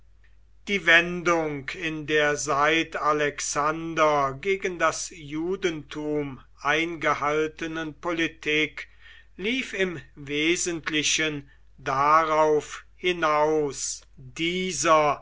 die wendung in der seit alexander gegen das judentum eingehaltenen politik lief im wesentlichen darauf hinaus dieser